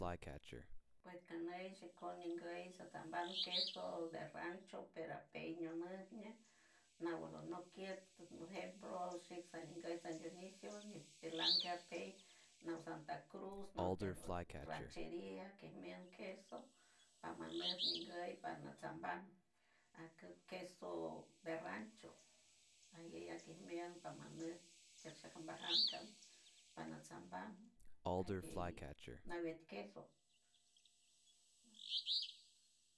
Pues caneish shicouns nindey sacambar queso de rancho pero apeiño maiña nalovo ñockiet con ejemplo shix sañinguey san dionisio ñipelan keapeil nau santa cruz nau ti rancheria quemían queso pamaneu ñingueu parmachambam aquel queso de rancho aguey aquej mianpamaneunt shagashmajambax panatzamba naguey nova queso